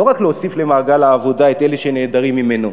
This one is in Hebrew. לא רק להוסיף למעגל העבודה את אלה שנעדרים ממנו,